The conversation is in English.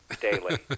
daily